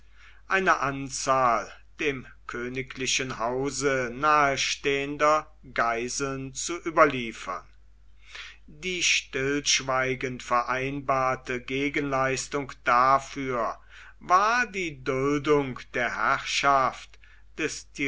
eine anzahl dem königlichen hause nahestehender geiseln zu überliefern die stillschweigend vereinbarte gegenleistung dafür war die duldung der herrschaft des